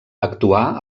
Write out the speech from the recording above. actuà